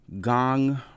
gong